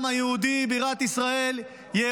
-- ללב של העם היהודי, בירת ישראל ירושלים.